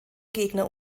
gegner